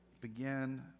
begin